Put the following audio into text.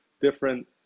different